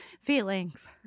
feelings